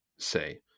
say